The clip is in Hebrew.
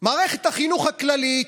מערכת החינוך הכללית,